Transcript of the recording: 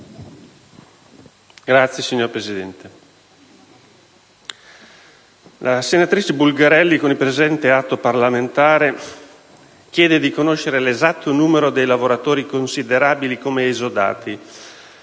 Grazie, signor Presidente.